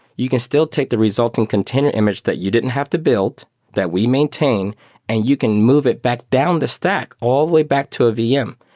you can still take the resulting container image that you didn't have to build that we maintain and you can move it back down the stack all the way back to a vm.